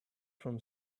from